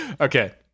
Okay